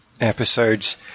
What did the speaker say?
episodes